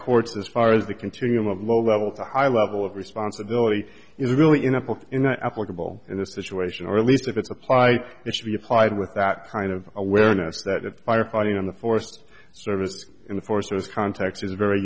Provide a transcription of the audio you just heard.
courts as far as the continuum of low level to high level of responsibility is really in a book in a applicable in this situation or at least if it's apply it should be applied with that kind of awareness that firefight in the forest service in the forces context is very